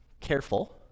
careful